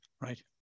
right